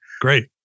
Great